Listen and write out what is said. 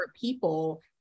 people